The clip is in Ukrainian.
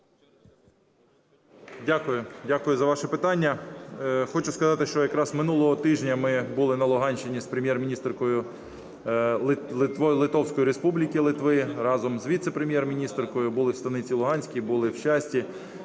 Дякую за ваше питання. Хочу сказати, що якраз минулого тижня ми були на Луганщині з Прем'єр-міністеркою Литовської Республіки, Литви, разом з віце-прем'єр-міністеркою були в Станиці Луганській, були в Щасті,